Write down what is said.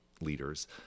leaders